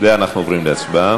סעיפים 1 2 נתקבלו.